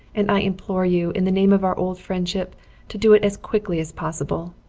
and i implore you in the name of our old friendship to do it as quickly as possible.